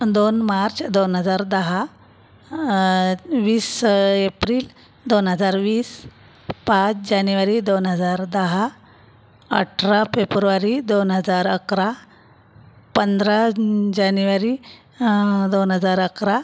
दोन मार्च दोन हजार दहा वीस एप्रिल दोन हजार वीस पाच जानेवारी दोन हजार दहा अठरा फेपुरवारी दोन हजार अकरा पंधरा जानेवारी दोन हजार अकरा